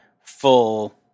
full